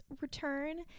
return